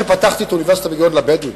שפתחתי את אוניברסיטת בן-גוריון לבדואים,